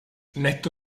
netto